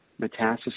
metastasis